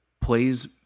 plays